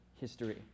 history